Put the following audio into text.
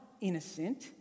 innocent